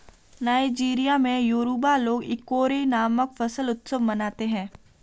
Nigeria में Yoruba लोग Ikore नामक फसल उत्सव मनाते हैं